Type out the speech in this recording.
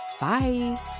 Bye